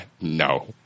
No